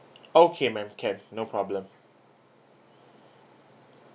okay ma'am can no problem